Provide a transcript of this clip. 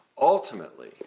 ultimately